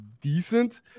decent